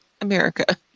America